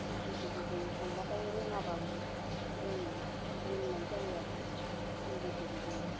लोगो दिगिजों थांबाथाय रोङाबाबो रोङो रोंनाय जायो आरो लोगो दिगिजों